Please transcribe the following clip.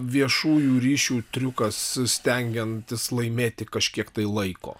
viešųjų ryšių triukas stengiantis laimėti kažkiek tai laiko